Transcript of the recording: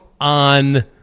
on –